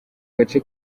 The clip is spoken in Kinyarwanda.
gace